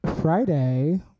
Friday